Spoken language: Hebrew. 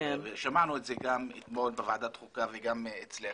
שמענו את זה גם אתמול בוועדת חוקה וגם אצלך,